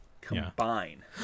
combine